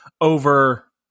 over